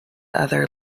other